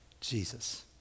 Jesus